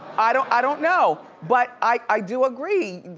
i don't i don't know, but i do agree,